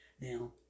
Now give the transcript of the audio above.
Now